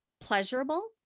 pleasurable